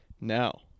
Now